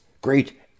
great